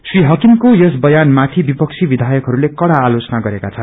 श्री हाकिमको यस बयान माथि विपक्षी विधयकहरूले कड़ा आलोचना गरेका छन्